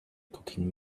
cooking